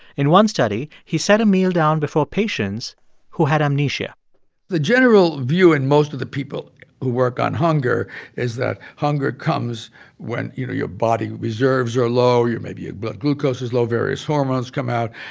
in one study, he set a meal down before patients who had amnesia the general view in most of the people who work on hunger is that hunger comes when, you know, your body reserves are low or your maybe your blood glucose is low, various hormones come out.